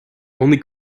only